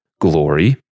glory